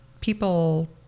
people